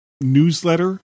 newsletter